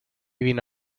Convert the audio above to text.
vino